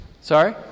sorry